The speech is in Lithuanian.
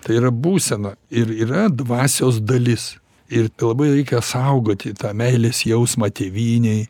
tai yra būsena ir yra dvasios dalis ir labai reikia saugoti tą meilės jausmą tėvynei